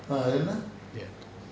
ya